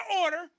order